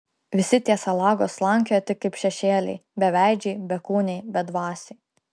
visi tie salagos slankioja tik kaip šešėliai beveidžiai bekūniai bedvasiai